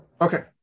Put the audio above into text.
Okay